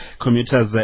commuters